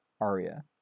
Aria